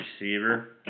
Receiver